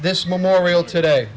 this memorial today